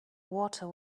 water